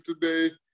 today